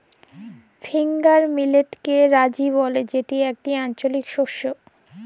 finger মিলেটকে রাজি ব্যলে যেটি একটি আঞ্চলিক শস্য